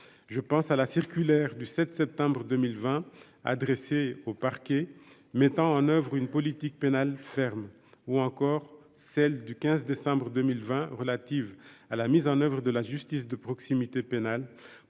je pense à la circulaire du 7 septembre 2020 adressé au parquet, mettant en oeuvre une politique pénale ferme ou encore celles du 15 déc 2020 relatives à la mise en oeuvre de la justice de proximité pénale